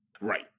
Right